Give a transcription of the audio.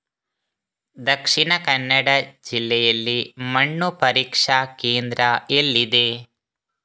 ದಕ್ಷಿಣ ಕನ್ನಡ ಜಿಲ್ಲೆಯಲ್ಲಿ ಮಣ್ಣು ಪರೀಕ್ಷಾ ಕೇಂದ್ರ ಎಲ್ಲಿದೆ?